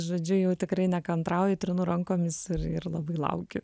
žodžiu jau tikrai nekantrauju trinu rankomis ir ir labai laukiu